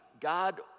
God